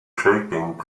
shaking